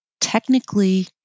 technically